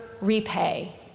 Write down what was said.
repay